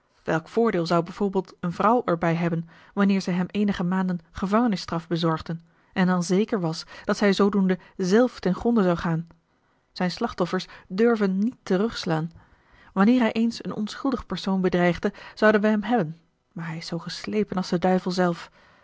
welk voordeel zou bijvoorbeeld een vrouw er bij hebben wanneer zij hem eenige maanden gevangenisstraf bezorgde en dan zeker was dat zij zoodoende zelf ten gronde zou gaan zijn slachtoffers durven niet terugslaan wanneer hij eens een onschuldig persoon bedreigde zouden wij hem hebben maar hij is zoo geslepen als de duivel zelf